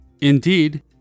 Indeed